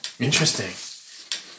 Interesting